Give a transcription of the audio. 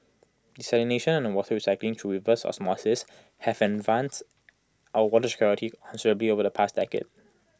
desalination and water recycling through reverse osmosis have enhanced our water security considerably over the past decade